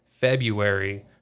February